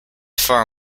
far